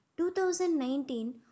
2019